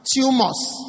tumors